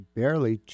barely